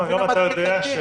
גם אתה יודע,